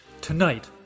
Tonight